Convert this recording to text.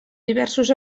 diversos